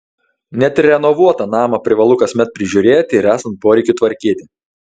net ir renovuotą namą privalu kasmet prižiūrėti ir esant poreikiui tvarkyti